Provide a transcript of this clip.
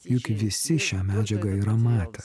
juk visi šią medžiagą yra matę